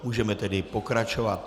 Můžeme tedy pokračovat.